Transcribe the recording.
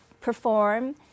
perform